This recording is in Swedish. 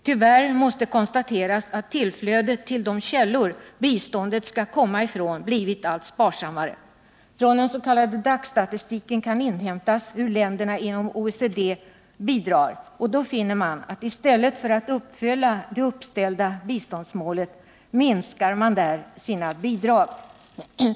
Tyvärr måste konstateras att tillflödet till de källor biståndet skall komma ifrån blivit allt mindre. Från den s.k. DAC-statistiken kan inhämtas hur stora bidrag som lämnas från länderna inom OECD, och man finner där att dessa i stället för att uppfylla det uppställda biståndsmålet minskar sina bidrag.